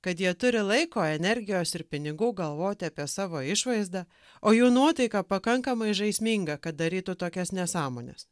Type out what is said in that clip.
kad jie turi laiko energijos ir pinigų galvoti apie savo išvaizdą o jų nuotaika pakankamai žaisminga kad darytų tokias nesąmones